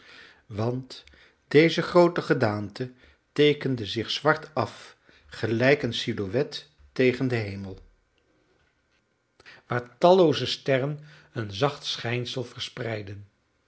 want deze groote gedaante teekende zich zwart af gelijk een silhouette tegen den hemel waar tallooze sterren een zacht schijnsel verspreidden